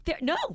No